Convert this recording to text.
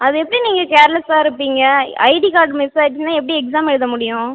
அது எப்படி நீங்கள் கேர்லெஸ்ஸாக இருப்பீங்க ஐடி கார்ட் மிஸ் ஆயிட்டுனா எப்படி எக்ஸாம் எழுத முடியும்